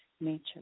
nature